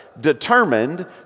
determined